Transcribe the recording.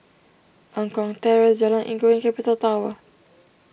Eng Kong Terrace Jalan Inggu and Capital Tower